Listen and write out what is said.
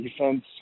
defense